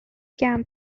camp